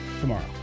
tomorrow